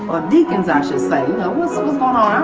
or deacons i should say. whats going on?